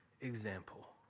example